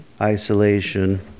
isolation